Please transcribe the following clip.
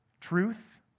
truth